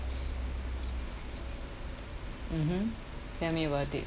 mmhmm tell me about it